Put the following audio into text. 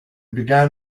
began